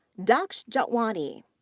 daksh jotwani,